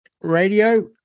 Radio